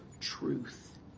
truth